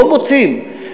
לא מוצאים.